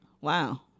Wow